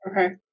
Okay